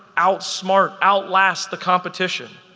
outsmart, outlast the competition.